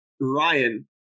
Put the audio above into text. Ryan